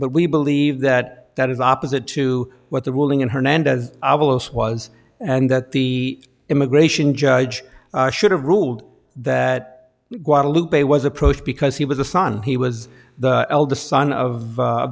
but we believe that that is opposite to what the ruling in hernandez was and that the immigration judge should have ruled that guadalupe was approached because he was a son he was the eldest son of